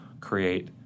create